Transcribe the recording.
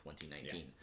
2019